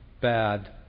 bad